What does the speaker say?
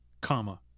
comma